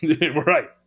Right